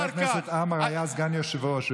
חבר הכנסת עמאר היה סגן יושב-ראש,